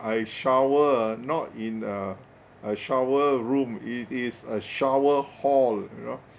I shower ah not in a a shower room it is a shower hall you know